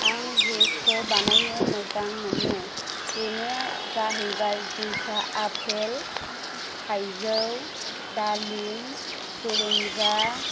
आं जुइसखौ बानायनो मोजां मोनो बेनो जाहैबाय जुइसआ आपेल थाइजौ दालिम खुरुमजा